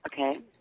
Okay